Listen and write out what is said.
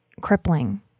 crippling